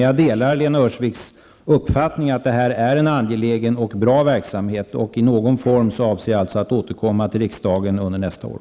Jag delar Lena Öhrsviks uppfattning att familjerådgivningsverksamheten är en angelägen och bra verksamhet. Jag avser att återkomma till riksdagen i någon form under nästa år.